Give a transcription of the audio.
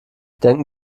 denken